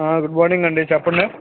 good morning అండీ చెప్పండి